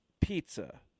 pizza